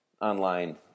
online